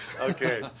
Okay